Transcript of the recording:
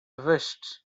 wished